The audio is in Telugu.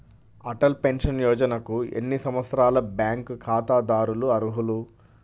అటల్ పెన్షన్ యోజనకు ఎన్ని సంవత్సరాల బ్యాంక్ ఖాతాదారులు అర్హులు?